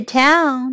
town